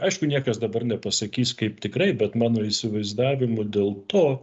aišku niekas dabar nepasakys kaip tikrai bet mano įsivaizdavimu dėl to